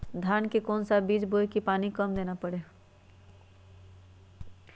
धान का कौन सा बीज बोय की पानी कम देना परे?